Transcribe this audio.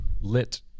lit